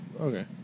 Okay